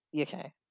okay